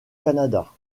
canada